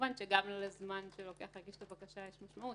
כמובן שגם לזמן שנדרש להגיש את הבקשה יש משמעות,